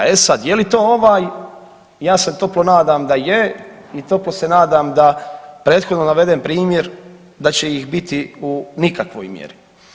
E sad je li to ovaj ja se toplo nadam da je i toplo se nadam da prethodno naveden primjer da će ih biti u nikakvoj mjeri.